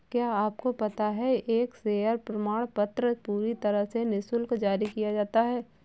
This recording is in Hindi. क्या आपको पता है एक शेयर प्रमाणपत्र पूरी तरह से निशुल्क जारी किया जाता है?